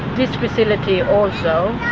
this facility also